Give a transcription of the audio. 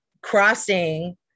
crossing